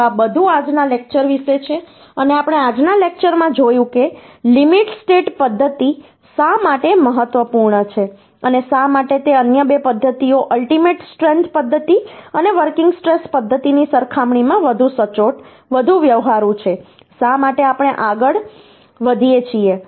તો આ બધું આજના લેક્ચર વિશે છે અને આપણે આજના લેક્ચરમાં જોયું કે લિમિટ સ્ટેટ પદ્ધતિ શા માટે મહત્વપૂર્ણ છે અને શા માટે તે અન્ય બે પદ્ધતિઓ અલ્ટીમેટ સ્ટ્રેન્થ પદ્ધતિ અને વર્કિંગ સ્ટ્રેસ પદ્ધતિ ની સરખામણીમાં વધુ સચોટ વધુ વ્યવહારુ છે શા માટે આપણે આગળ વધીએ છીએ